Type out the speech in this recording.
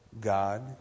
God